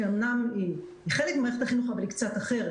היא אומנם חלק ממערכת החינוך, אבל היא קצת אחרת.